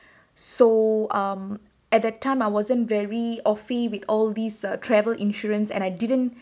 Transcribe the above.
so um at that time I wasn't very of~ with all these uh travel insurance and I didn't